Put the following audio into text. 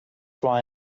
why